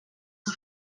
zur